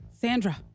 Sandra